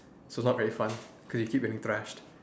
so not very fun cause you keep getting trashed